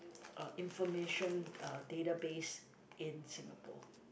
uh information uh database in Singapore